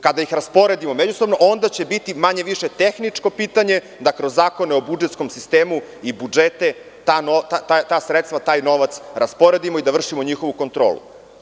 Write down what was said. Kada ih rasporedimo međusobno, onda će biti manje-više tehničko pitanje da kroz zakone o budžetskom sistemu i budžete ta sredstva i taj novac rasporedimo i da vršimo njihovu kontrolu.